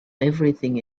everything